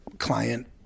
client